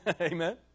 amen